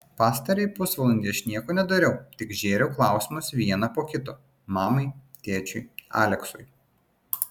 pastarąjį pusvalandį aš nieko nedariau tik žėriau klausimus vieną po kito mamai tėčiui aleksui